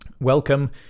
welcome